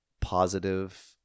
positive